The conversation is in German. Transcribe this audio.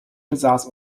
besaß